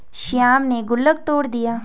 श्याम ने गुल्लक तोड़ दिया